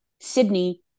Sydney